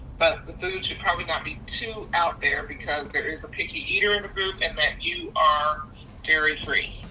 but the food should probably not be too out there because there is a picky eater in the group and that you are dairy free.